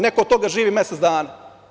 Neko od toga živi mesec dana.